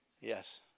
Yes